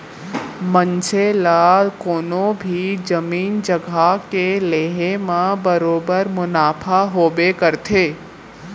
मनसे ला कोनों भी जमीन जघा के लेहे म बरोबर मुनाफा होबे करथे